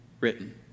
written